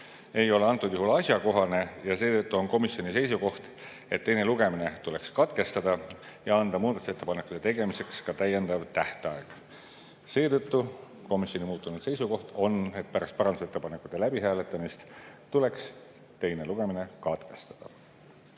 ei ole antud juhul asjakohane, ja seetõttu on komisjoni seisukoht, et teine lugemine tuleks katkestada ja anda muudatusettepanekute tegemiseks täiendav tähtaeg. Seetõttu on komisjoni muutunud seisukoht, et pärast parandusettepanekute läbihääletamist tuleks teine lugemine katkestada.